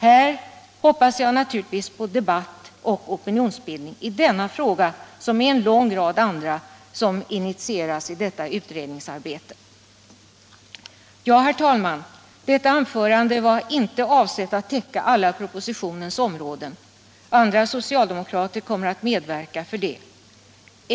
Jag hoppas naturligtvis på debatt och opinionsbildning i denna fråga liksom i en lång rad andra frågor som initieras i detta utredningsarbete. Herr talman! Detta anförande var inte avsett att täcka alla propositionens områden — andra socialdemokrater kommer att medverka till det.